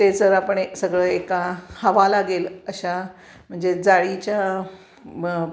ते जर आपण सगळं एका हवा लागेल अशा म्हणजे जाळीच्या म